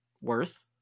worth